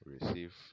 receive